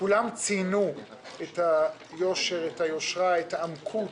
כולם ציינו את היושר, את היושרה, את העמקות,